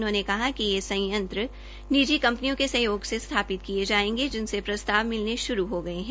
उनहोंने कहा कि ये संयंत्र निजी कंपनियों के सहयोग से स्थपित किये जायेंगे जिनमें प्रस्ताव मिलने श्रू हो गये है